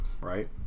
right